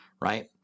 right